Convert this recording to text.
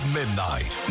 midnight